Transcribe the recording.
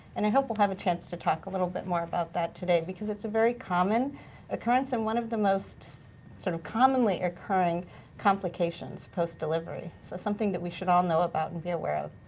and i hope we'll have a chance to talk a little bit more about that today because it's a very common occurrence and one of the most sort of, commonly occurring complications post-delivery. so something that we should all know about and be aware of.